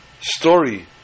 story